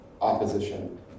opposition